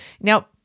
Now